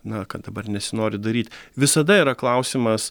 na kad dabar nesinori daryt visada yra klausimas